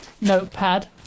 notepad